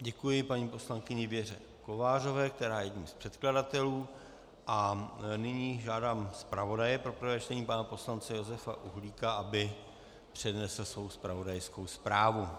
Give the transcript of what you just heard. Děkuji paní poslankyni Věře Kovářové, která je jedním z předkladatelů, a nyní žádám zpravodaje pro prvé čtení pana poslance Josefa Uhlíka, aby přednesl svou zpravodajskou zprávu.